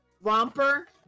romper